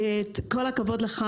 כץ.